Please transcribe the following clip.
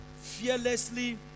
Fearlessly